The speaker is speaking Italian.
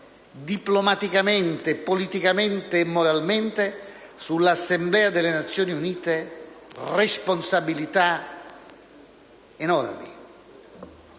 diplomaticamente, politicamente e moralmente, sull'Assemblea delle Nazioni Unite responsabilità enormi.